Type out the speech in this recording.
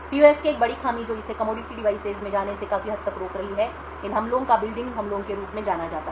PUF की एक बड़ी खामी जो इसे कमोडिटी डिवाइसेज में जाने से काफी हद तक रोक रही है इन हमलों को बिल्डिंग बिल्डिंग हमलों के रूप में जाना जाता है